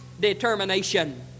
determination